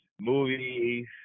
movies